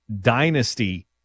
Dynasty